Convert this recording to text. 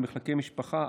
במחלקי משפחה,